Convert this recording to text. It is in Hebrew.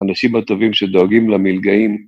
אנשים הטובים שדואגים למלגאים.